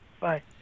Bye